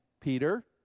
Peter